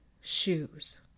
shoes